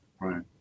right